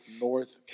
North